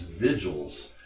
vigils